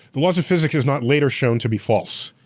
the laws of physics is not later shown to be false.